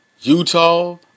Utah